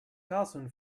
carson